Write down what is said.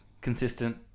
consistent